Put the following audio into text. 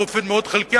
באופן מאוד חלקי,